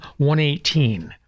118